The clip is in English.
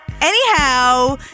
Anyhow